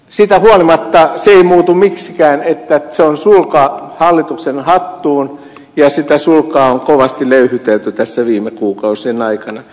siitä huolimatta se ei muutu miksikään että se on sulka hallituksen hattuun ja sitä sulkaa on kovasti löyhytelty tässä viime kuukausien aikana